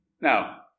Now